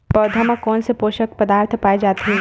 पौधा मा कोन से पोषक पदार्थ पाए जाथे?